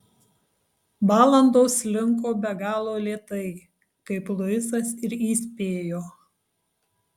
valandos slinko be galo lėtai kaip luisas ir įspėjo